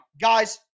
Guys